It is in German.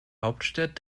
hauptstadt